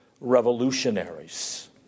revolutionaries